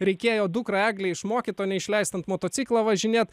reikėjo dukrą eglę išmokyt o ne išleist ant motociklo važinėt